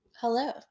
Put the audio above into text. Hello